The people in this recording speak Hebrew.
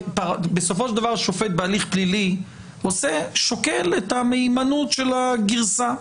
בסופו של דבר שופט בהליך פלילי שוקל את המהימנות של הגרסה.